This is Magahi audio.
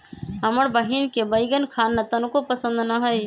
हमर बहिन के बईगन खाना तनको पसंद न हई